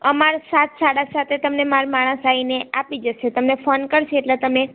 અમારે સાત સાડા સાતે તમને મારો માણસ આવીને આપી જશે તમને ફોન કરશે એટલે તમે